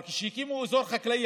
אבל כשהקימו אזור חקלאי,